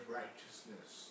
righteousness